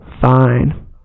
fine